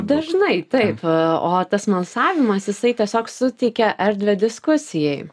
dažnai taip o tas smalsavimas jisai tiesiog suteikia erdvę diskusijai